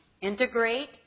integrate